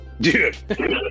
dude